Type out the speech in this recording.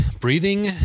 breathing